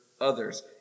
others